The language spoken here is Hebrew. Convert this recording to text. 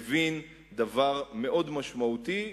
הבין דבר מאוד משמעותי,